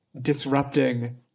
disrupting